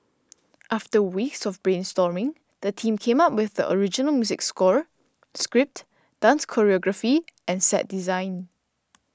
after weeks of brainstorming the team came up with the original music score script dance choreography and set design